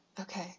Okay